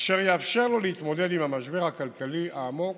אשר יאפשר לו להתמודד עם המשבר הכלכלי העמוק